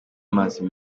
amazi